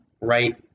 right